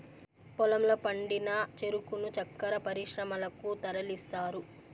పొలంలో పండిన చెరుకును చక్కర పరిశ్రమలకు తరలిస్తారు